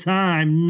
time